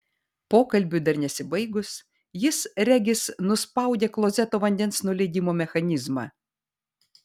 pokalbiui dar nesibaigus jis regis nuspaudė klozeto vandens nuleidimo mechanizmą